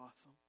awesome